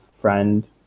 friend